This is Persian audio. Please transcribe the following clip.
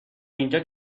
اینجا